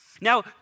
Now